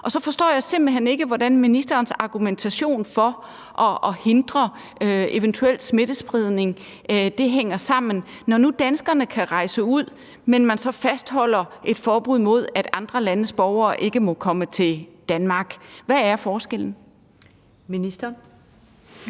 simpelt hen ikke, hvordan ministerens argumentation for at hindre eventuel smittespredning hænger sammen, når nu danskerne kan rejse ud, men man så fastholder et forbud mod, at andre landes borgere må komme til Danmark. Hvad er forskellen? Kl.